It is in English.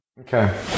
Okay